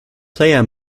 player